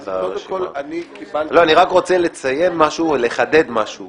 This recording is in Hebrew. קודם כול אני קיבלתי --- אני רק רוצה לציין משהו ולחדד משהו.